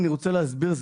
אני רוצה להסביר,